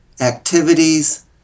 activities